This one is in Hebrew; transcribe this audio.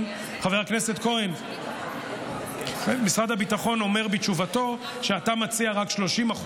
הביטחון אומר בתשובתו שאתה מציע רק 30%,